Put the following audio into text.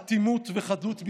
אטימות וחדלות ביצוע.